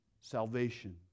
salvation